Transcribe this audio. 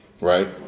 Right